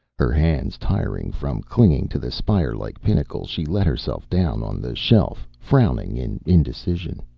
her hands tiring from clinging to the spire-like pinnacle, she let herself down on the shelf, frowning in indecision.